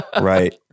Right